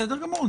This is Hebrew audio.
בסדר גמור.